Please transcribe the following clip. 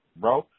bro